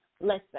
Listen